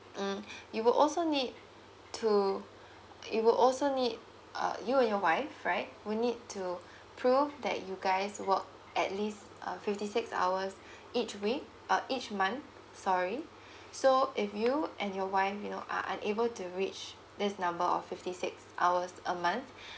mm you will also need to you will also need uh you and your wife right will need to prove that you guys work at least uh fifty six hours each week uh each month sorry so if you and your wife you know are unable to reach this number of fifty six hours a month